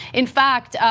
in fact,